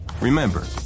Remember